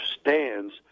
stands